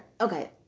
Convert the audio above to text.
okay